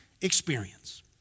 experience